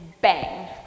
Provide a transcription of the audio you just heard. bang